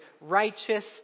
righteous